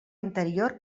interior